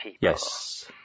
yes